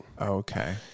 okay